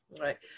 right